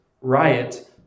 riot